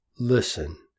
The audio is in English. Listen